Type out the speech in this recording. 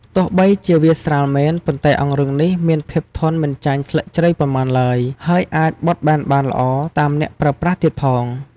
ទោះបីជាវាស្រាលមែន ប៉ុន្តែអង្រឹងនេះមានភាពធន់មិនចាញ់ស្លឹកជ្រៃប៉ុន្មានឡើយ ហើយអាចបត់បែនបានល្អតាមអ្នកប្រើប្រាស់ទៀតផង។